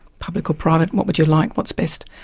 public or private, what would you like, what's best.